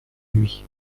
nuit